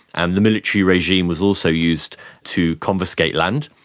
and the military regime was also used to confiscate land,